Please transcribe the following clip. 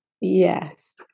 Yes